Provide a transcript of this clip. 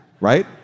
right